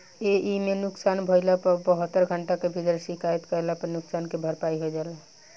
एइमे नुकसान भइला पर बहत्तर घंटा के भीतर शिकायत कईला पर नुकसान के भरपाई हो जाला